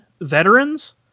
veterans